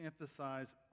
emphasize